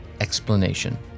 explanation